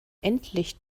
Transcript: endlich